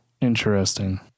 Interesting